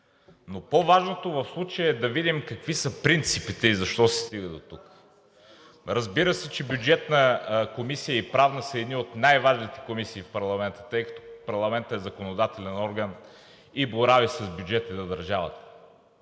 но по-важното в случая е да видим какви са принципите и защо се стига дотук? Разбира се, че Бюджетна и Правна комисия са едни от най-важните комисии в парламента, тъй като парламентът е законодателен орган и борави с бюджети на държавата.